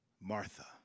Martha